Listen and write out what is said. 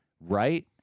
Right